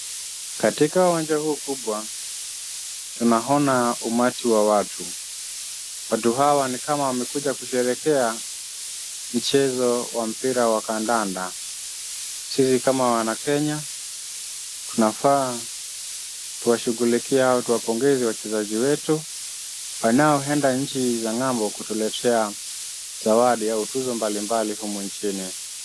Katika uwanja huu kubwa, tunaona umati wa watu. Watu hawa ni kama wamekuja kusherehekea michezo wa mpira wa kandanda. Sisi kama wanakenya, tunafaa tuwashughulikie au tuwapongeze wachezaji wetu wanaoenda nchi za ng'ambo kutuletea zawadi na tuzo mbalimbali humu nchi.